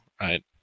right